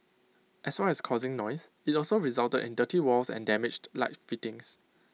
as well as causing noise IT also resulted in dirty walls and damaged light fittings